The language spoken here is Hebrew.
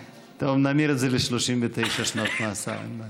טוב, נמיר את זה ל-39 שנות מאסר, אין בעיה.